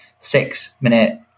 six-minute